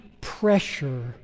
pressure